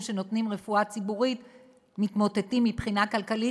שנותנים רפואה ציבורית מתמוטטים מבחינה כלכלית,